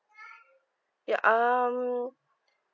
ya um